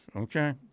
Okay